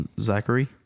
Zachary